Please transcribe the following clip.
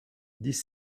dix